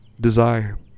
desire